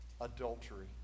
adultery